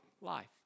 life